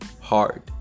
hard